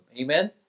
Amen